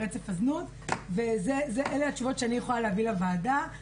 רצף הזנות ואלה התשובות שאני יכולה להביא לוועדה היום.